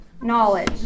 knowledge